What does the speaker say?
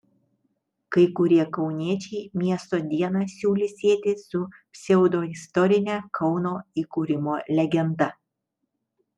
kai kurie kauniečiai miesto dieną siūlė sieti su pseudoistorine kauno įkūrimo legenda